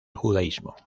judaísmo